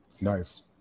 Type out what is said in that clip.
Nice